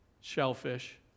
shellfish